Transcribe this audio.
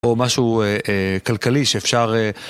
או משהו כלכלי שאפשר...